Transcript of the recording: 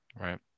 right